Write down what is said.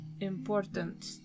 important